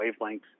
wavelengths